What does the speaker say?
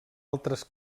altres